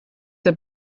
der